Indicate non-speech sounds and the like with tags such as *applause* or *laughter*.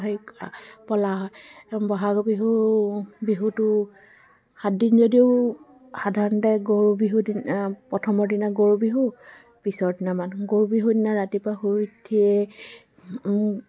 *unintelligible* বহাগৰ বিহু বিহুটো সাতদিন যদিও সাধাৰণতে গৰু বিহুৰ দিনা পথমৰ দিনা গৰু বিহু পিছৰ দিনা মানুহ গৰু বিহুৰ দিনা ৰাতিপুৱা শুই উঠিয়ে